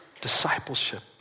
discipleship